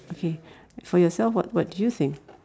okay for yourself what what do you think